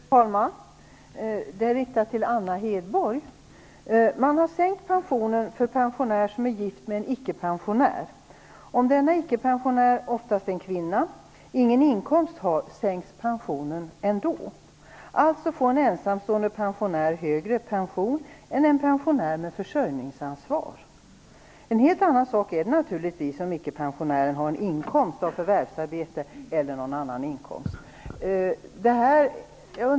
Fru talman! Min fråga är riktad till Anna Hedborg. Man har sänkt pensionen för pensionär som är gift med icke-pensionär. Om denna icke-pensionär, oftast en kvinna, ingen inkomst har, sänks pensionen ändå. En ensamstående pensionär får alltså högre pension än en pensionär med försörjningsansvar. En helt annan sak är det naturligtvis om icke-pensionären har inkomst av förvärvsarbete, eller annan inkomst.